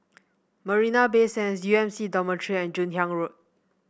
Marina Bay Sands U M C Dormitory and Joon Hiang Road